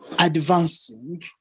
advancing